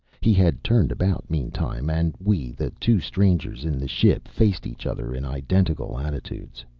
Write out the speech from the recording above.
he had turned about meantime and we, the two strangers in the ship, faced each other in identical attitudes.